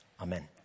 Amen